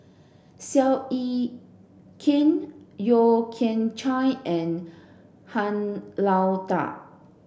Seow Yit Kin Yeo Kian Chai and Han Lao Da